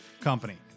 company